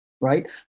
right